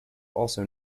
also